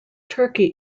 turkey